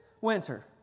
winter